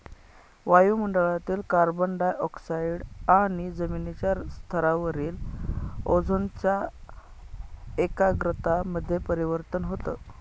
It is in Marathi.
वायु मंडळातील कार्बन डाय ऑक्साईड आणि जमिनीच्या स्तरावरील ओझोनच्या एकाग्रता मध्ये परिवर्तन होतं